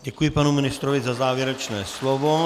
Děkuji panu ministrovi za závěrečné slovo.